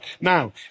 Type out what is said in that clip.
Now